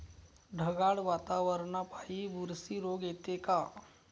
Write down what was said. ढगाळ वातावरनापाई बुरशी रोग येते का?